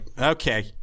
okay